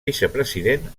vicepresident